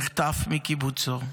נחטף מקיבוצו,